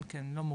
גם כן לא מוכרת,